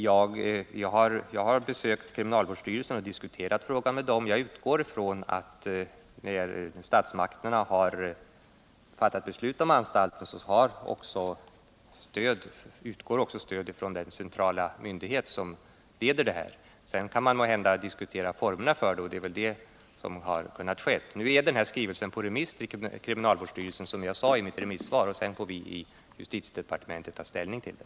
Jag har besökt kriminalvårdsstyrelsen och diskuterat frågan med dem, och jag utgår från att när statsmakterna har fattat beslut om anstalter, så utgår också stöd från den centrala myndighet som leder detta. Sedan kan man måhända diskutera formerna för det, och det är väl det som har skett. Nu är den här skrivelsen på remiss hos kriminalvårdsstyrelsen som jag sade i mitt svar, och sedan får vi i justitiedepartementet ta ställning till den.